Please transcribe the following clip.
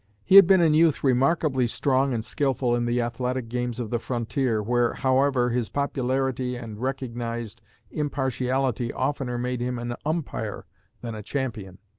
he had been in youth remarkably strong and skilful in the athletic games of the frontier, where, however, his popularity and recognized impartiality oftener made him an umpire than a champion.